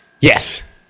Yes